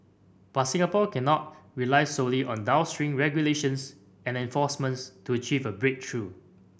but Singapore cannot rely solely on downstream regulations and enforcements to achieve a breakthrough